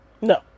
No